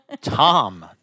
Tom